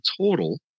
total